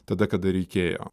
tada kada reikėjo